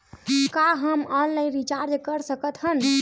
का हम online recharge कर सकत हन?